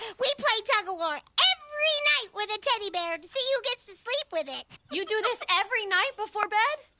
we play tug of war every night with a teddy bear to see who gets to sleep with it. you do this every night before bed?